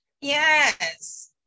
Yes